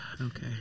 Okay